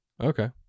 Okay